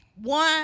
One